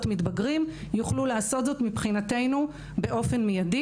מתבגרים יוכלו לעשות זאת מבחינתנו באופן מידי.